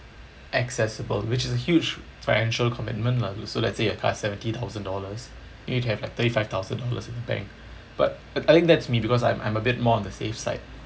accessible which is a huge financial commitment lah so let's say your car is seventy thousand dollars then you have like thirty five thousand dollars in the bank but I think that's me because I'm I'm a bit more on the safe side